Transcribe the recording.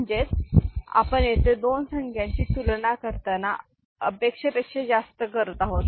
म्हणजेच आपण येथे दोन संख्यांच्या तुलना करताना अपेक्षेपेक्षा जास्त करत आहोत